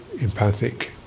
empathic